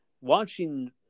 Watching